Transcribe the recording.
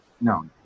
No